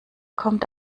kommt